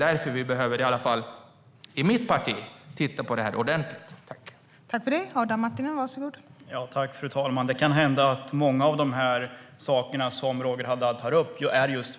Därför behöver vi, i alla fall i mitt parti, titta på detta ordentligt.